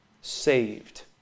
saved